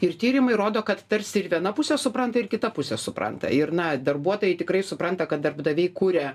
ir tyrimai rodo kad tarsi ir viena pusė supranta ir kita pusė supranta ir na darbuotojai tikrai supranta kad darbdaviai kuria